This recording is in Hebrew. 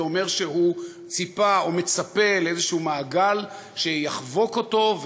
זה אומר שהוא ציפה או מצפה לאיזשהו מעגל שיחבוק אותו,